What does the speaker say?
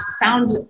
found